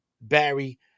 barry